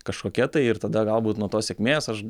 kažkokia tai ir tada galbūt nuo tos sėkmės aš